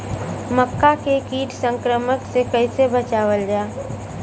मक्का के कीट संक्रमण से कइसे बचावल जा?